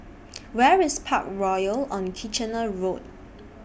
Where IS Parkroyal on Kitchener Road